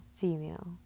female